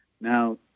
Now